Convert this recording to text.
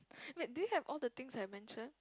wait do you have all the things I mentioned